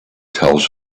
tells